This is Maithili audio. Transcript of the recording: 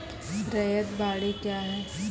रैयत बाड़ी क्या हैं?